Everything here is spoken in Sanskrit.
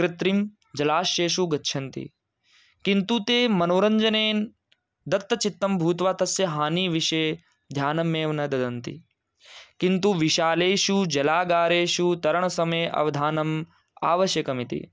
कृत्रिमजलाशयेषु गच्छन्ति किन्तु ते मनोरञ्जनेन दत्तचित्तं भूत्वा तस्य हानिविषये ध्यानमेव न ददति किन्तु विशालेषु जलागारेषु तरणसमये अवधानम् आवश्यकमिति